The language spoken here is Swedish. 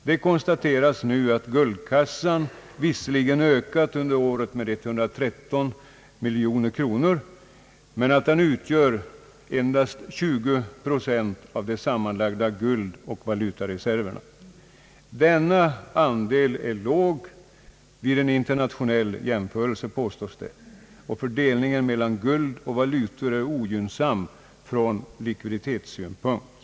Det konstateras nu att guldkassan visserligen ökat under året med 113 miljoner kronor men att den utgör endast 20 procent av de sammanlagda guldoch valutareserverna. Denna andel är låg vid en internationell jämförelse, påstår man, och fördelningen mellan guld och valutor är ogynnsam ur likviditetssynpunkt.